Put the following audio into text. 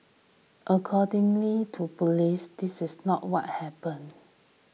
accordingly to police this is not what happened